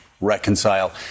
reconcile